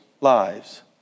lives